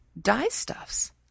dye-stuffs